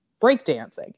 breakdancing